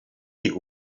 die